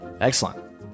excellent